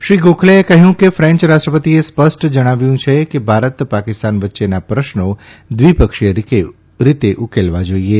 શ્રી ગોખલેએ કહ્યું કે ફેન્ય રાષ્ટ્રપતિએ સ્પષ્ટ જણાવ્યું કે ભારત પાકિસ્તાન વચ્ચેના પ્રશ્નો દ્વીપક્ષી રીતે ઉકેલાવા જાઇએ